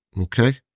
Okay